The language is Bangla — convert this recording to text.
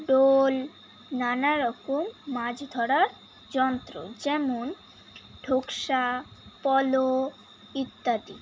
ডোল নানারকম মাছ ধরার যন্ত্র যেমন ঢোকসা পলো ইত্যাদি